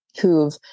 who've